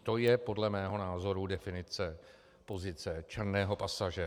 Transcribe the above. To je, podle mého názoru, definice pozice černého pasažéra.